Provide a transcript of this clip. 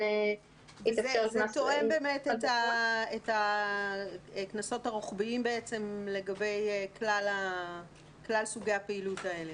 זה תואם את הקנסות הרוחביים לגבי כלל סוגי הפעילות האלה,